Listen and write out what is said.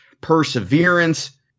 perseverance